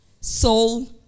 soul